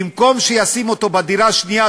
ובמקום שישים אותו בדירה השנייה,